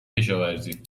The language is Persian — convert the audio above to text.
کشاورزی